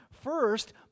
First